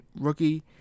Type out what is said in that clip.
rookie